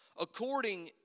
according